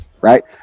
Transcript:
right